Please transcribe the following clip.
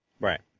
Right